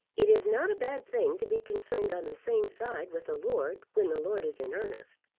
it is not a bad thing to be concerned on the same side with a lord when the lord is in earnest.